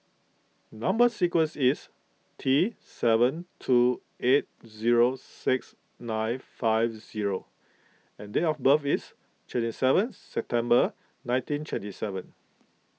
Number Sequence is T seven two eight zero six nine five zero and date of birth is twenty seventh September nineteen twenty seven